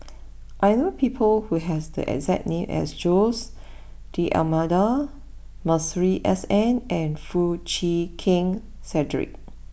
I know people who have the exact name as Jose D'Almeida Masuri S N and Foo Chee Keng Cedric